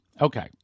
Okay